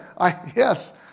yes